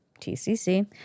TCC